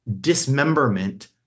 dismemberment